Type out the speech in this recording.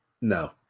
no